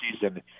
season